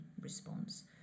response